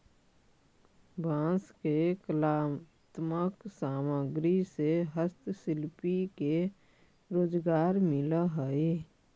बांस के कलात्मक सामग्रि से हस्तशिल्पि के रोजगार मिलऽ हई